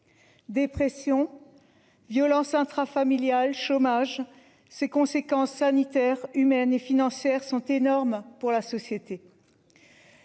Dépression. Violences intrafamiliales chômage ses conséquences sanitaires humaines et financières sont énormes pour la société.